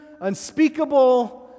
unspeakable